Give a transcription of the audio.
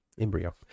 embryo